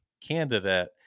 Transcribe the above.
candidate